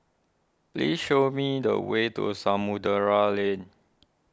please show me the way to Samudera Lane